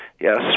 yes